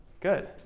Good